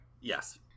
Yes